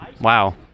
wow